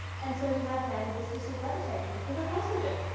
and so we have man in business suit levitating, because of course we do.